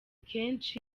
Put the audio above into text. kenshi